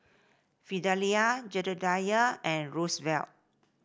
Fidelia Jedediah and Rosevelt